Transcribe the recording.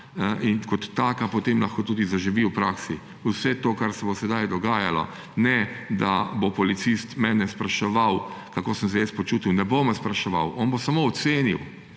in kot taka potem lahko tudi zaživi v praksi. Vse to, kar se bo sedaj dogajalo, ne bo policist mene spraševal, kako sem se jaz počutil, ne bo me spraševal, on bo samo ocenil